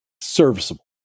serviceable